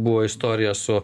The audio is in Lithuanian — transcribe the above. buvo istorija su